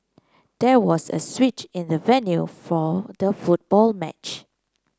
there was a switch in the venue for the football match